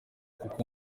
kuko